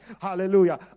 Hallelujah